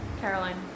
Caroline